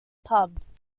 pubs